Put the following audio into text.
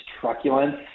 truculence